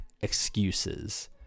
excuses